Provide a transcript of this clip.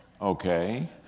Okay